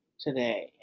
today